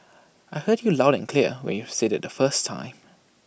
I heard you loud and clear when you said IT the first time